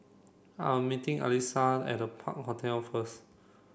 I am meeting Alysia at Park Hotel first